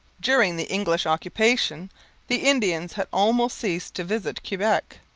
during the english occupation the indians had almost ceased to visit quebec.